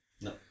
No